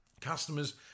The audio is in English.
Customers